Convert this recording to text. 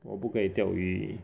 我不可以钓鱼